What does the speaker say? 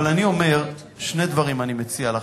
אבל אני אומר, שני דברים אני מציע לכם.